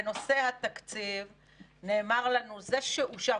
בנושא התקציב נאמר לנו זה שאושר,